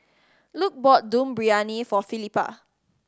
Luc bought Dum Briyani for Felipa